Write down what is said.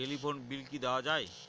Telephone bill কি দেওয়া যায়?